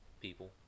people